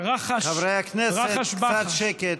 חברי הכנסת, קצת שקט.